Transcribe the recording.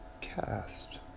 cast